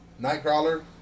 Nightcrawler